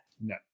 No